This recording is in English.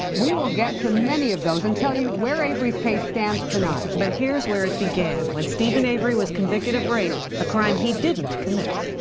we will get to many of those and tell you where avery's case stands tonight. joyce but here's where it began. when steven avery was convicted of rape, a crime he didn't commit.